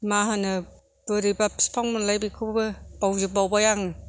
मा होनो बोरैबा बिफां मोनलाय बेखौबो बावजोब बावबाय आं